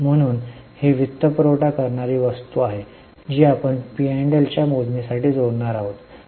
म्हणून ही वित्तपुरवठा करणारी वस्तू आहे जी आपण पी आणि एलच्या मोजणीसाठी जोडणार आहोत